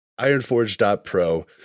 Ironforge.pro